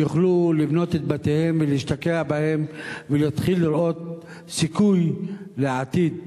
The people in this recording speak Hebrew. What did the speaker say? שיוכלו לבנות את בתיהם ולהשתקע בהם ולהתחיל לראות סיכוי לעתיד.